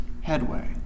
headway